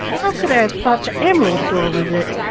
how could i have thought the emerald door was it?